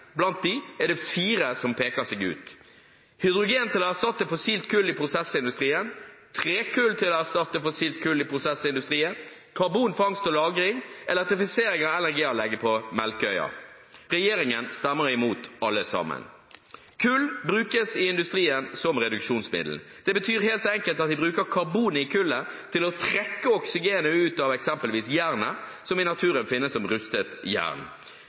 er det fire som peker seg ut: hydrogen til å erstatte fossilt kull i prosessindustrien trekull til å erstatte fossilt kull i prosessindustrien karbonfangst og -lagring elektrifisering av energianlegget på Melkøya Regjeringen stemmer imot alle sammen. Kull brukes i industrien som reduksjonsmiddel. Det betyr helt enkelt at de bruker karbonet i kullet til å trekke oksygenet ut av eksempelvis jernet, som i naturen finnes som rustet jern.